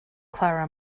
clara